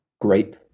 grape